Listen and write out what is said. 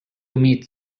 meet